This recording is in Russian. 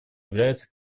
является